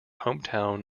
hometown